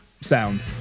sound